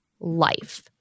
life